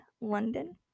London